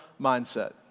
mindset